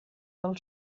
del